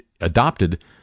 adopted